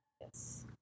yes